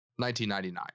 1999